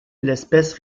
l’espèce